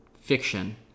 fiction